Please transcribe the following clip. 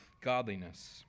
godliness